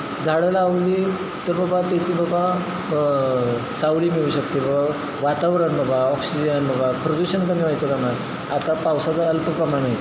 झाडं लावली तर बबा त्याची बाबा सावली मिळू शकते ब वातावरण बघा ऑक्सिजन बघा प्रदूषण कमी व्हायचं प्रमाण आता पावसाचा अल्प प्रमाणे